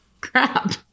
crap